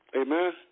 Amen